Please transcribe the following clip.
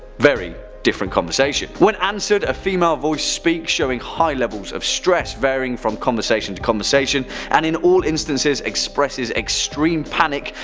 very different conversation. when answered a female voice speaks, showing high levels of stress varying from conversation to conversation and in all instances expresses extreme panic,